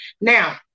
Now